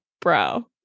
Bro